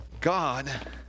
God